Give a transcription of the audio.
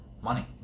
Money